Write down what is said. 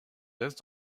laisse